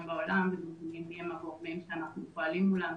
בעולם ומבינים מי הם המגורמים שאנחנו פועלים מולם,